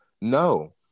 No